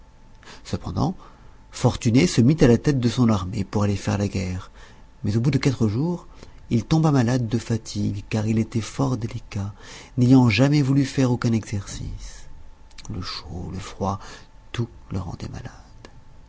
cependant fortuné se mit à la tête de son armée pour aller faire la guerre mais au bout de quatre jours il tomba malade de fatigue car il était fort délicat n'ayant jamais voulu faire aucun exercice le chaud le froid tout le rendait malade